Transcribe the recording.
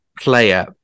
player